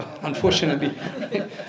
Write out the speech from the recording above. unfortunately